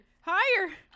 Higher